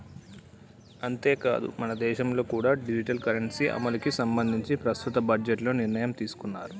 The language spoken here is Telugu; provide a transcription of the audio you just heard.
అంతేకాదు మనదేశంలో కూడా డిజిటల్ కరెన్సీ అమలుకి సంబంధించి ప్రస్తుత బడ్జెట్లో నిర్ణయం తీసుకున్నారు